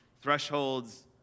Thresholds